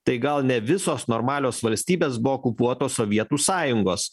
tai gal ne visos normalios valstybės buvo okupuotos sovietų sąjungos